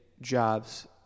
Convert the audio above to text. jobs